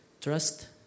Trust